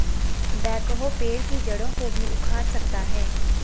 backhoe पेड़ की जड़ों को भी उखाड़ सकता है